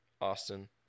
Austin